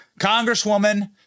Congresswoman